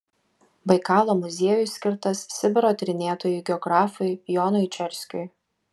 baikalo muziejus skirtas sibiro tyrinėtojui geografui jonui čerskiui